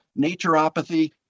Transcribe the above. naturopathy